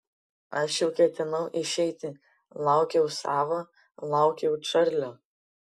aš jau ketinau išeiti laukiau savo laukiau čarlio